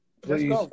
Please